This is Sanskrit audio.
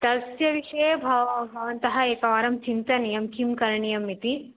तस्य विषये भव भवन्तः एकवारं चिन्तनीयं किं करणीयम् इति